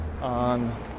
on